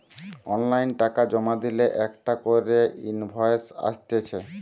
online টাকা জমা দিলে একটা করে ইনভয়েস আসতিছে